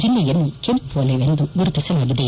ಜಿಲ್ಲೆಯನ್ನು ಕೆಂಪು ವಲಯವೆಂದು ಗುರುತಿಸಲಾಗಿದೆ